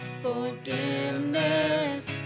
Forgiveness